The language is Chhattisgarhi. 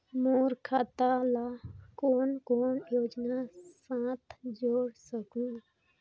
मोर खाता ला कौन कौन योजना साथ जोड़ सकहुं?